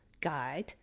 guide